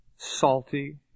salty